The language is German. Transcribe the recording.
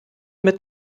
mit